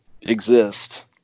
exist